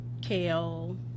kale